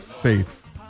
faith